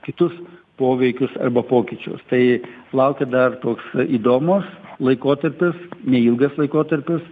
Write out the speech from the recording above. kitus poveikius arba pokyčius tai laukia dar toks įdomus laikotarpis neilgas laikotarpis